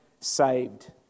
saved